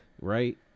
right